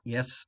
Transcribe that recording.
Yes